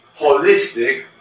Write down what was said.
holistic